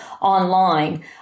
online